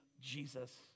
Jesus